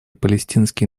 палестинский